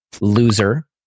loser